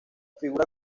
figura